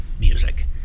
music